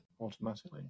automatically